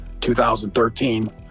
2013